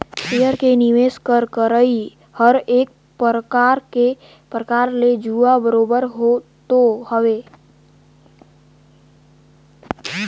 share में निवेस कर करई हर एक परकार ले जुआ बरोबेर तो हवे